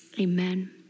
amen